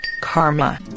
karma